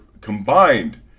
combined